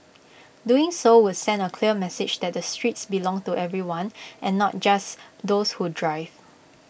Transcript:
doing so would send A clear message that the streets belong to everyone and not just those who drive